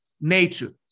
nature